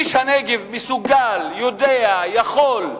איש הנגב מסוגל, יודע, יכול,